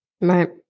Right